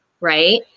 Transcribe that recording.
right